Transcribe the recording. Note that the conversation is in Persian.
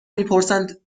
میپرسند